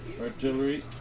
artillery